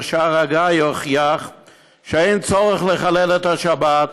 שער הגיא הוכיח שאין צורך לחלל את השבת,